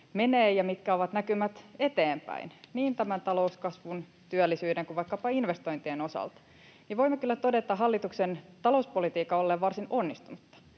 menee ja mitkä ovat näkymät eteenpäin niin tämän talouskasvun, työllisyyden kuin vaikkapa investointien osalta, niin voimme kyllä todeta hallituksen talouspolitiikan olleen varsin onnistunutta.